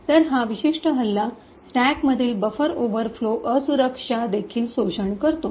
तर हा विशिष्ट हल्ला स्टॅकमधील बफर ओव्हरफ्लो असुरक्षा देखील शोषण करतो